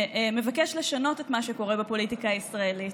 שמבקש לשנות את מה שקורה בפוליטיקה הישראלית.